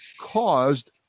caused